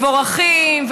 מבורכים,